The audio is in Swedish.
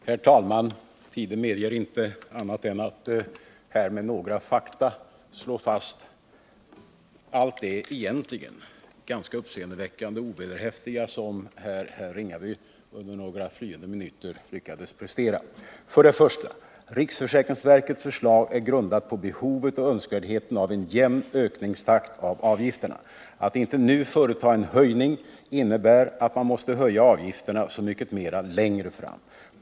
Herr talman! Tiden medger inte annat än att med några fakta slå fast hur mycket uppseendeväckande och ovederhäftigt som herr Ringaby under några flyende minuter lyckades prestera. Riksförsäkringsverkets förslag är grundat på behovet och önskvärdheten av en jämn ökningstakt när det gäller avgifterna. Om man nu inte företar en höjning, måste man längre fram höja avgifterna så mycket mera.